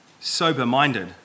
sober-minded